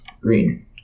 Green